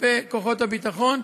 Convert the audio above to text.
כלפי כוחות הביטחון,